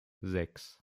sechs